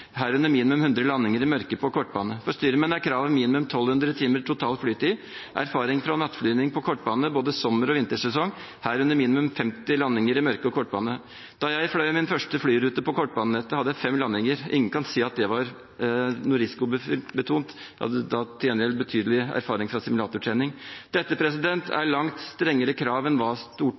herunder minimum 100 landinger i mørke på kortbane. For styrmenn er kravet minimum 1 200 timer total flytid og erfaring fra nattflyvning på kortbane både sommer- og vintersesong, herunder minimum 50 landinger i mørke på kortbane. Da jeg fløy min første flyrute på kortbanenettet, hadde jeg fem landinger. Ingen kan si at det var noe risikobetont. Da hadde jeg til gjengjeld betydelig erfaring fra simulatortrening. Dette er langt strengere krav enn